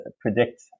predict